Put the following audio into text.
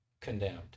condemned